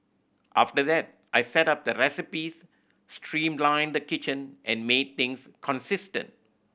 after that I set up the recipes streamlined the kitchen and made things consistent